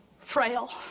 Frail